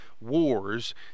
wars